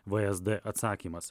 vsd atsakymas